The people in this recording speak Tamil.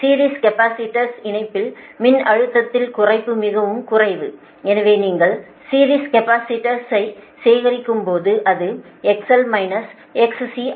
சீரிஸ் கேபஸிடர்ஸ் இணைப்பின் மின்னோட்டத்தில் குறைப்பு மிகவும் குறைவு எனவே நீங்கள் சீரிஸ் கேபஸிடர்ஸ்யைச் சேகரிக்கும் போது அது XL XC ஆகும்